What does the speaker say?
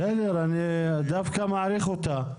בסדר, אני דווקא מעריך אותה.